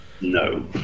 No